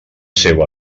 seu